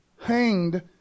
hanged